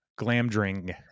Glamdring